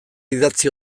idatzi